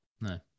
No